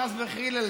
חס וחלילה,